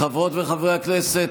חברות וחברי הכנסת,